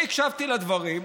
אני הקשבתי לדברים,